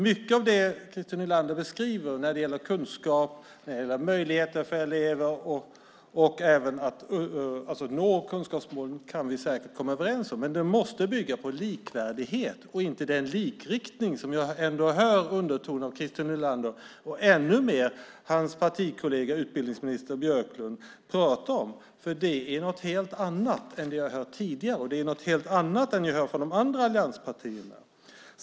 Mycket av det som Christer Nylander beskriver när det gäller kunskap och möjligheter för elever att nå kunskapsmålen kan vi säkert komma överens om. Men det måste bygga på likvärdighet och inte på den likriktning som jag ändå hör undertoner av från Christer Nylander. Jag hör det ännu mer när hans partikollega utbildningsminister Jan Björklund pratar. Det är något helt annat än vi har hört tidigare, och det är något helt annat än vi hör från de andra allianspartierna.